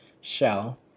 shell